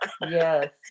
yes